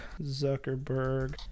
Zuckerberg